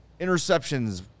interceptions